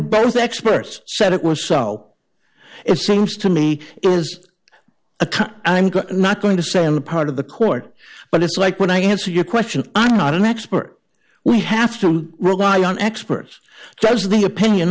both experts said it was so it seems to me it was a i'm not going to say on the part of the court but it's like when i answer your question i'm not an expert we have to rely on experts does the opinion